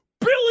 Billy